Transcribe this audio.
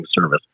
service